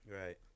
Right